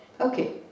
Okay